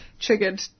triggered